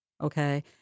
okay